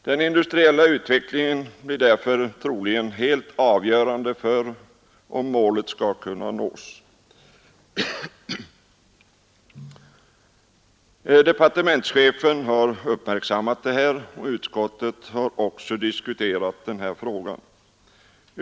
Den industriella utvecklingen blir därför troligen helt avgörande för om målet skall kunna nås Departementschefen har uppmärksammat detta och utskottet har diskuterat denna fråga.